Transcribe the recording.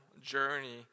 journey